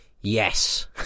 yes